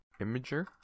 imager